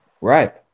Right